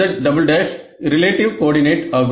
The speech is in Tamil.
z′ z′′ ரிலேட்டிவ் கோஆர்டினேட் ஆகும்